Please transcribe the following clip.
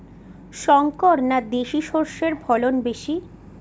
শংকর না দেশি সরষের ফলন বেশী?